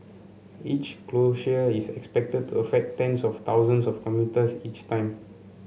each closure is expected to affect tens of thousands of commuters each time